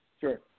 Sure